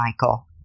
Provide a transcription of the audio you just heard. Michael